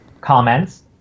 comments